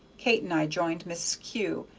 kate and i joined mrs. kew,